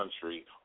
country